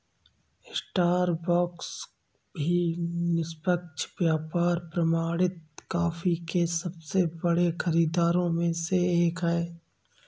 Starbucks भी निष्पक्ष व्यापार प्रमाणित कॉफी के सबसे बड़े खरीदारों में से एक है